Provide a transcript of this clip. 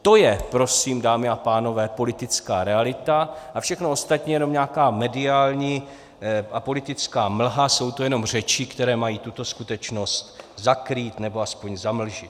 To je prosím, dámy a pánové, politická realita a všechno ostatní je jenom nějaká mediální a politická mlha, jsou to jenom řeči, které mají tuto skutečnost zakrýt nebo alespoň zamlžit.